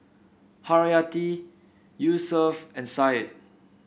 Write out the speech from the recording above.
Haryati Yusuf and Syed